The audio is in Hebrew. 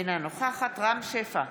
אינה נוכחת רם שפע,